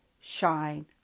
shine